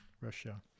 russia